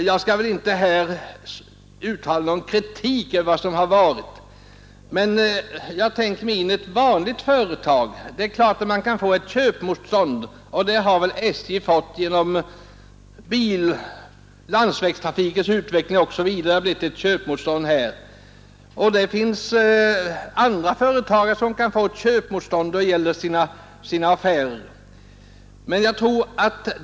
Jag skall väl inte uttala någon kritik över vad som skett, men jag tänker på hur man resonerar i ett privatföretag, när det uppstår köpmotstånd av det slag som SJ råkat ut för på grund av landsvägstrafikens utveckling.